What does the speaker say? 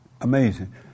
Amazing